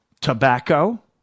Tobacco